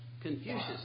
Confucius